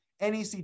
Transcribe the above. NEC